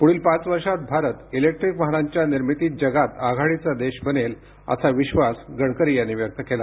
पुढील पाच वर्षात भारत इलेक्ट्रीक वाहनांच्या निर्मितीत जगात आघाडीचा देश बनेल असा विश्वास गडकरी यांनी व्यक्त केला